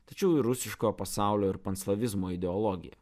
tačiau ir rusiško pasaulio ir panslavizmo ideologiją